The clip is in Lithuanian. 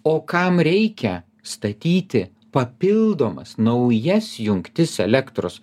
o kam reikia statyti papildomas naujas jungtis elektros